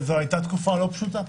זו היתה תקופה לא פשוטה.